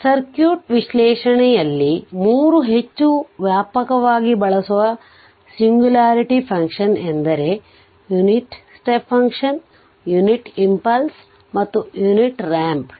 ಆದ್ದರಿಂದ ಸರ್ಕ್ಯೂಟ್ ವಿಶ್ಲೇಷಣೆಯಲ್ಲಿ 3 ಹೆಚ್ಚು ವ್ಯಾಪಕವಾಗಿ ಬಳಸಲಾಗುವ ಏಕತ್ವ ಕಾರ್ಯವೆಂದರೆ unit step function units impulse ಮತ್ತು ಯುನಿಟ್ ರಾಂಪ್